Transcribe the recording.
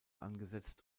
angesetzt